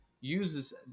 uses